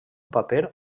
paper